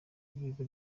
b’ibigo